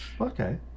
okay